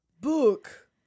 Book